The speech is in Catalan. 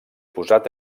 posat